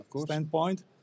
standpoint